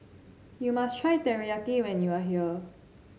you must try Teriyaki when you are here